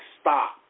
stop